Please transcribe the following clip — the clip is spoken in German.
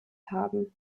haben